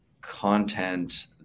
content